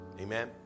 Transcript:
Amen